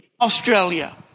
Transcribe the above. Australia